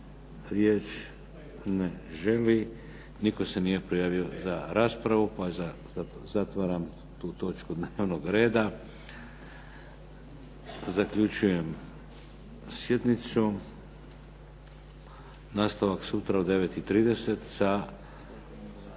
riječ? Ne želi. Nitko se nije prijavio za raspravu pa zatvaram tu točku dnevnog reda. Zaključujem sjednicu. Nastavak sutra u 9,30